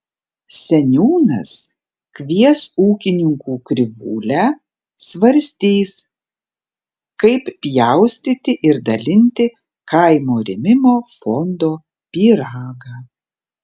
seniūnas kvies ūkininkų krivūlę svarstys kaip pjaustyti ir dalinti kaimo rėmimo fondo pyragą